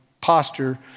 posture